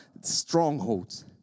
strongholds